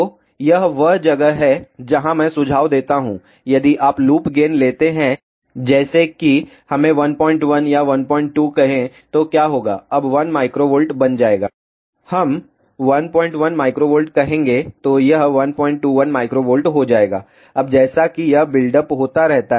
तो यह वह जगह है जहाँ मैं सुझाव देता हूं यदि आप लूप गेन लेते हैं जैसे कि हमें 11 या 12 कहें तो क्या होगा अब 1 μV बन जाएगा हम 11 μV कहेंगे तो यह 121 μV हो जाएगा अब जैसा कि यह बिल्ड अप होता रहता है